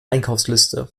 einkaufsliste